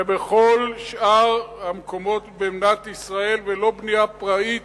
ובכל שאר המקומות במדינת ישראל, ולא בנייה פראית